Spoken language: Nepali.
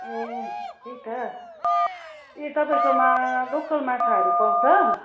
ए त्यही त ए तपाईँकोमा लोकल माछाहरू पाउँछ